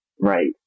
Right